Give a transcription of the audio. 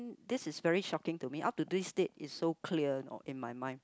this is very shocking to me up to this state it's so clear you know in my mind